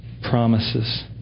promises